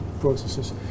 processes